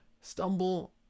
stumble